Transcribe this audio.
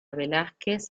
velázquez